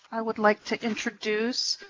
i would like to introduce